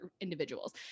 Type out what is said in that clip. individuals